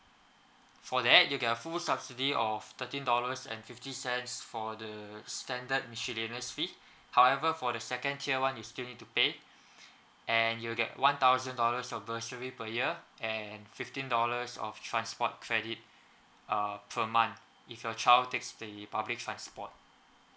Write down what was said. for that you get a full subsidy of thirteen dollars and fifty cents for the standard miscellaneous fee however for the second tier [one] you still need to pay and you'll get one thousand dollars of bursary per year and fifteen dollars of transport credit uh per month if your child takes the public transport